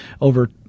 over